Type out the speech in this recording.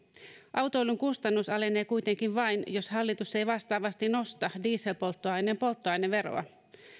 autoilun kustannus alenee kuitenkin vain jos hallitus ei vastaavasti nosta dieselpolttoaineen polttoaineveroa